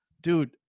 dude